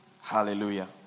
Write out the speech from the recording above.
Hallelujah